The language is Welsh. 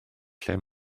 lle